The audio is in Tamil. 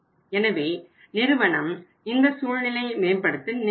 எனவே நிறுவனம் இந்த சூழ்நிலையை மேம்படுத்த நினைக்கிறது